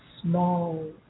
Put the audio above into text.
small